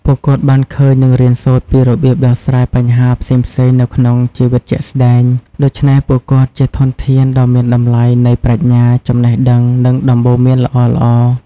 ពួកគាត់បានឃើញ និងរៀនសូត្រពីរបៀបដោះស្រាយបញ្ហាផ្សេងៗនៅក្នុងជីវិតជាក់ស្ដែង ដូច្នេះពួកគាត់ជាធនធានដ៏មានតម្លៃនៃប្រាជ្ញា ចំណេះដឹង និងដំបូន្មានល្អៗ។